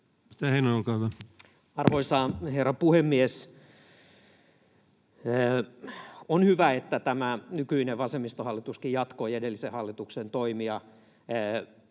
Arvoisa herra puhemies! On hyvä, että tämä nykyinen vasemmistohallituskin jatkoi edellisen hallituksen toimia takuueläkkeen